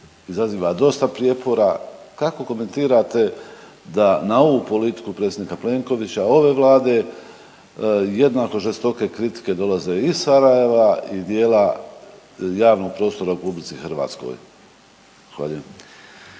izaziva dosta prijepora, kako komentirate da na ovu politiku predsjednika Plenkovića ove Vlade jednako žestoke kritike dolaze iz Sarajeva i dijela javnog prostora u RH? Zahvaljujem.